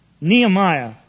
Nehemiah